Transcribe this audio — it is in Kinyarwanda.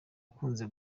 akunze